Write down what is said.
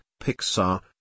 Pixar